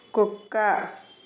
కుక్క